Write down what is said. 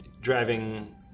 driving